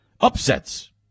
upsets